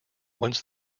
once